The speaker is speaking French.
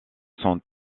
sont